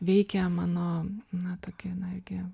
veikia mano na tokį na irgi